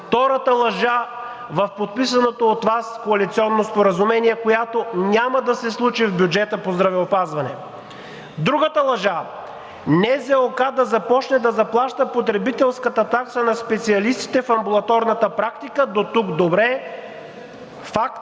втората лъжа в подписаното от Вас коалиционно споразумение, която няма да се случи в бюджета по здравеопазване. Другата лъжа – НЗОК за започне да заплаща потребителската такса на специалистите в амбулаторната практика, дотук добре, факт.